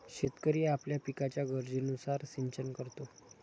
शेतकरी आपल्या पिकाच्या गरजेनुसार सिंचन करतो